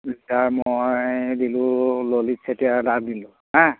এতিয়া মই দিলো ললিত চেতিয়া দাক দিলো হা